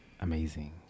amazing